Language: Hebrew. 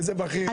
איזה בכיר?